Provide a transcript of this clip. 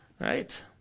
Right